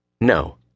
No